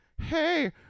hey